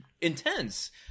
intense